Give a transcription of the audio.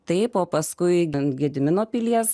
taip o paskui ant gedimino pilies